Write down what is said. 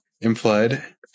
implied